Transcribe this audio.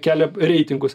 kelia reitingus